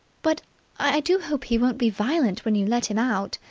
but i do hope he won't be violent when you let him out.